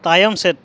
ᱛᱟᱭᱚᱢ ᱥᱮᱫ